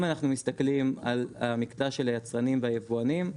אם אנחנו מסתכלים על המקטע של היצרנים והיבואנים,